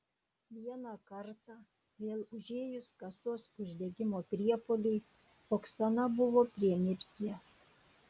vieną kartą vėl užėjus kasos uždegimo priepuoliui oksana buvo prie mirties